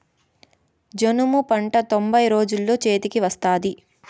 జనుము పంట తొంభై రోజుల్లో చేతికి వత్తాది